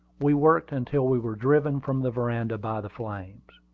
we worked until we were driven from the veranda by the flames.